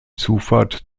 zufahrt